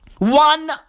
one